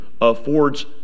affords